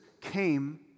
came